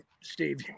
Steve